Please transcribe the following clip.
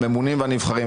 הממונים הנבחרים,